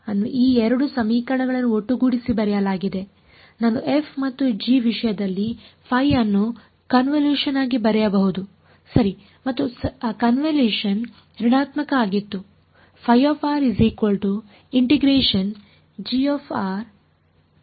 ಅನ್ನು ಈ 2 ಸಮೀಕರಣಗಳನ್ನು ಒಟ್ಟುಗೂಡಿಸಿ ಬರೆಯಲಾಗಿದೆ ನಾನು f ಮತ್ತು g ವಿಷಯದಲ್ಲಿ ಅನ್ನು ಕನ್ವಲ್ಯೂಷನ್ ಆಗಿ ಬರೆಯಬಹುದು ಸರಿ ಮತ್ತು ಆ ಕನ್ವಿಲೇಶನ್ ಋಣಾತ್ಮಕ ಆಗಿತ್ತು